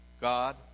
God